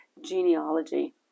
genealogy